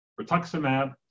rituximab